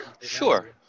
Sure